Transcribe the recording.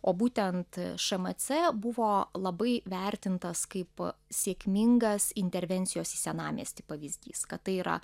o būtent šmc buvo labai vertintas kaip sėkmingas intervencijos į senamiestį pavyzdys kad tai yra